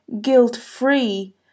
guilt-free